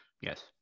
Yes